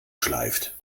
schleift